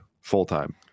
full-time